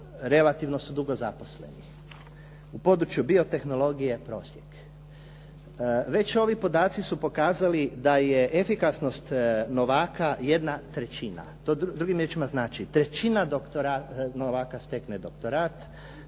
relativno su dugo zaposleni. U području biotehnologije prosjek. Već ovi podaci su pokazali da je efikasnost novaka jedna trećina, drugim riječima to znači trećina novaka stekne doktorat,